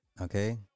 Okay